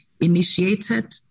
initiated